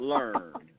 Learn